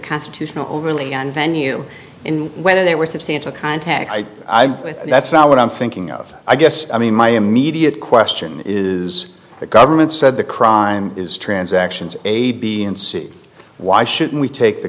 constitutional ruling on venue in whether there were substantial contacts i think that's now what i'm thinking of i guess i mean my immediate question is the government said the crime is transactions a b and c why should we take the